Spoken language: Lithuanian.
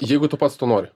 jeigu tu pats to nori